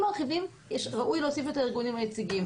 אם מרחיבים ראוי להוסיף את הארגונים היציגים,